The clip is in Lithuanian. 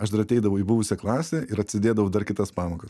aš dar ateidavau į buvusią klasę ir atsėdėdavau dar kitas pamokas